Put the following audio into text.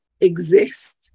exist